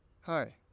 Hi